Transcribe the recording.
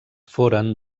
foren